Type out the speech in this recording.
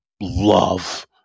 love